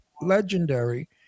legendary